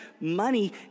money